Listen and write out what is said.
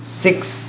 six